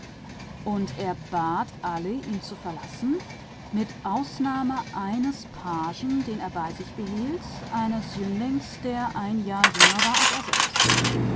und er hieß sie alle hinausgehen bis auf einen pagen den er bei sich behielt einen knaben der ein jahr jünger war als er selbst